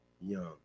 young